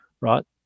right